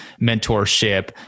mentorship